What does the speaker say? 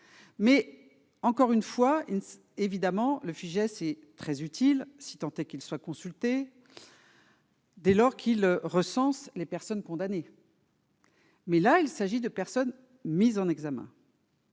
mais encore une fois, évidemment le Fijais et très utile, si tant est qu'ils soient consultés. Dès lors qu'il recense les personnes condamnées. Mais là il s'agit de personnes mises en examen.